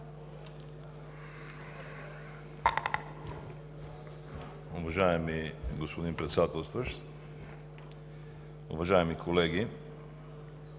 Уважаеми господин Председателстващ, уважаеми колеги!